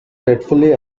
dreadfully